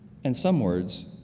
and some words,